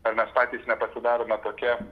ar mes patys nepasidarome tokie